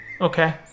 Okay